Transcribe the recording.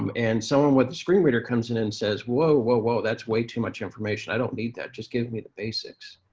um and someone with a screen reader comes in and says, whoa, whoa, whoa, that's way too much information. i don't need that. just give me the basics.